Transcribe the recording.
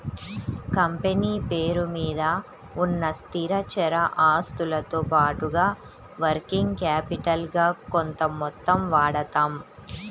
company పేరు మీద ఉన్న స్థిరచర ఆస్తులతో పాటుగా వర్కింగ్ క్యాపిటల్ గా కొంత మొత్తం వాడతాం